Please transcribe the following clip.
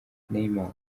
neymar